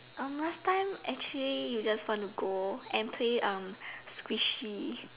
um last time actually you just want to go and play um squishy